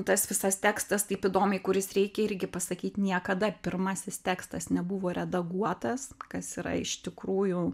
tas visas tekstas taip įdomiai kuris reikia irgi pasakyt niekada pirmasis tekstas nebuvo redaguotas kas yra iš tikrųjų